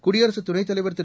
குடியரசுத் துணைத் தலைவர் திரு